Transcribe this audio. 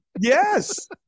Yes